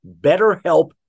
BetterHelp